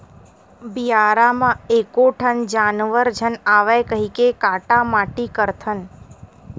बियारा म एको ठन जानवर झन आवय कहिके काटा माटी करथन